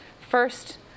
First